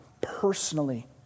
personally